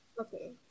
Okay